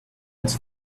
its